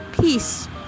peace